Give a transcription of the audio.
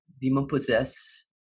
demon-possessed